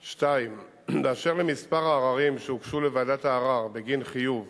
2. באשר למספר העררים שהוגשו לוועדת הערר בגין חיוב